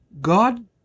God